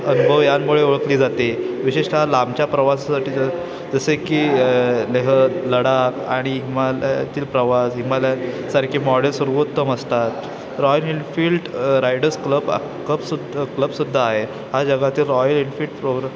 अनुभव यांमुळे ओळखली जाते विशिष्ट लांबच्या प्रवासासाठी जसं जसे की लेह लडाख आणि हिमालयातील प्रवास हिमालयानसारखे मॉडेल सर्वोत्तम असतात रॉयल एनफील्ड रायडर्स क्लब क्लबसुद्धा क्लबसुद्धा आहे हा जगातील रॉयल एनफील्ड प्रो